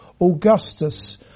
Augustus